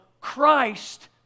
Christ